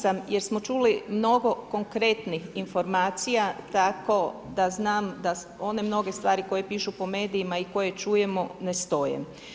Zadovoljna sam jer smo čuli mnogo konkretnih informacija tako da znam da one mnoge stvari koje pišu po medijima i koje čujemo ne stoje.